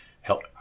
help